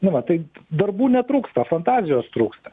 na va tai darbų netrūksta fantazijos trūksta